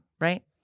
right